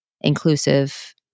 inclusive